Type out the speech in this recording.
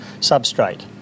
substrate